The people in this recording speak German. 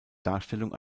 darstellung